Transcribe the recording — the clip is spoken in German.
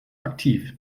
aktiv